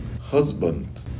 husband